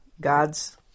god's